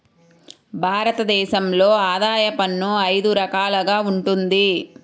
భారత దేశంలో ఆదాయ పన్ను అయిదు రకాలుగా వుంటది